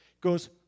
goes